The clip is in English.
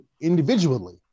individually